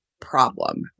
problem